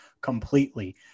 completely